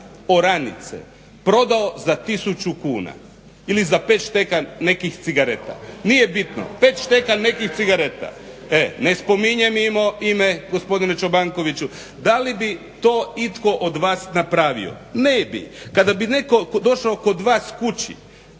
oranice prodao za tisuću kuna ili za pet šteka nekih cigareta. Nije bitno, pet šteka nekih cigareta. … /Upadica se ne razumije./ … Ne spominjem ime gospodine Čobankoviću. Da li bi to itko od vas napravio? Ne bi. Kada bi netko došao kod vas kući